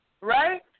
right